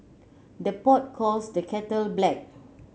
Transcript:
the pot calls the kettle black